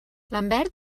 lambert